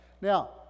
Now